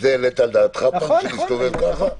את המסכה העלית על דעתך, שנסתובב ככה?